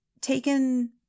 taken